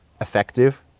effective